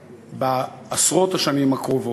בעשרות השנים הקרובות,